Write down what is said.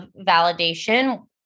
validation